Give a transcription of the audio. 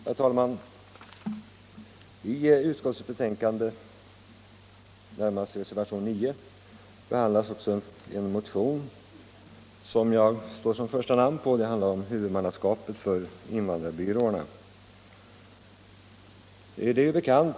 Herr talman! I inrikesutskottets betänkande behandlas bl.a. en motion med mitt namn som det första. Den handlar om huvudmannaskapet för invandrarbyråerna.